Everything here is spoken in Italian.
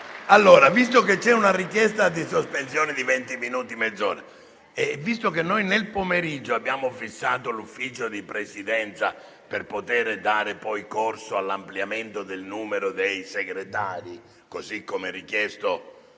Visto che c'è una richiesta di sospensione di venti minuti o mezz'ora e visto che nel pomeriggio abbiamo fissato il Consiglio di Presidenza, per poter dare corso all'ampliamento del numero dei senatori Segretari, così come richiesto